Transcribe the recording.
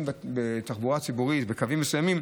בתחבורה הציבורית בקווים מסוימים,